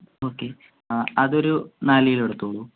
ഒക്കെ അത് ഒരു നാല് കിലോ എടുത്തോളൂ